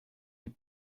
ils